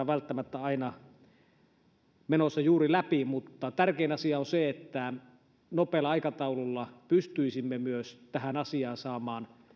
välttämättä menossa läpi niin tärkein asia on se että nopealla aikataululla pystyisimme myös tähän asiaan saamaan